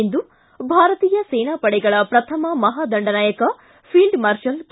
ಇಂದು ಭಾರತೀಯ ಸೇನಾ ಪಡೆಗಳ ಪ್ರಥಮ ಮಹಾದಂಡನಾಯಕ ಭೀಲ್ಡ್ ಮಾರ್ಷಲ್ ಕೆ